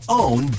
own